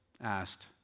asked